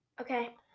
Okay